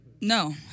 No